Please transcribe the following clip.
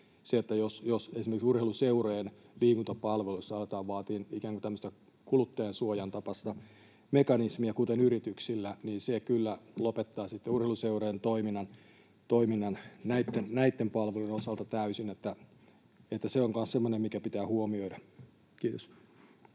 että esimerkiksi urheiluseurojen liikuntapalveluissa alettaisiin vaatimaan ikään kuin tämmöistä kuluttajansuojan tapaista mekanismia, kuten yrityksillä. Se kyllä lopettaa sitten urheiluseurojen toiminnan näitten palvelujen osalta täysin. Se on kanssa semmoinen, mikä pitää huomioida. — Kiitos.